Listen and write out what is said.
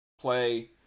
play